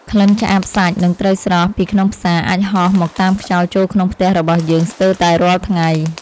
ក្លិនឆ្អាតសាច់និងត្រីស្រស់ពីក្នុងផ្សារអាចហោះមកតាមខ្យល់ចូលក្នុងផ្ទះរបស់យើងស្ទើរតែរាល់ថ្ងៃ។